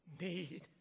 need